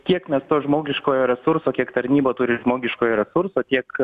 kiek mes to žmogiškojo resurso kiek tarnyba turi žmogiškojo resurso tiek